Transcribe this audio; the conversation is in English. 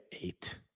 eight